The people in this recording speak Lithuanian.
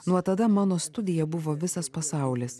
nuo tada mano studija buvo visas pasaulis